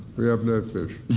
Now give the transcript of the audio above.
we have no fish.